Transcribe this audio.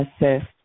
assist